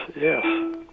yes